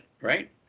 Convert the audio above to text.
right